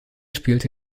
spielte